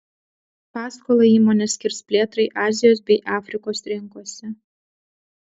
paskolą įmonė skirs plėtrai azijos bei afrikos rinkose